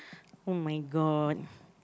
oh-my-god